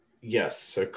Yes